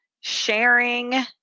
sharing